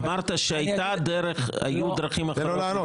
אמרת שהיו דרכים אחרות --- תן לו לענות.